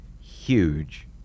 huge